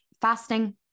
fasting